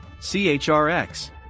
CHRX